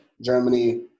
Germany